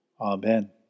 Amen